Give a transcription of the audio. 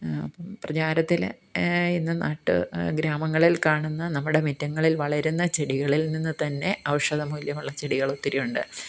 അപ്പം പ്രചാരത്തിലെ ഇന്ന് നാട്ടു ഗ്രാമങ്ങളിൽ കാണുന്ന നമ്മുടെ മുറ്റങ്ങളിൽ വളരുന്ന ചെടികളിൽ നിന്ന് തന്നെ ഔഷധമൂല്യമുള്ള ചെടികൾ ഒത്തിരിയുണ്ട്